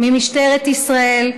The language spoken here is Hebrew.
ממשטרת ישראל,